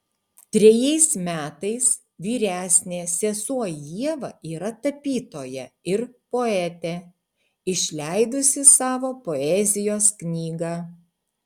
trejais metais vyresnė sesuo ieva yra tapytoja ir poetė išleidusi savo poezijos knygą